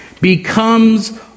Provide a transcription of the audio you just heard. becomes